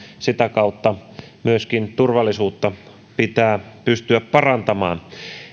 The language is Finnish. sitä kautta myöskin turvallisuutta pitää pystyä parantamaan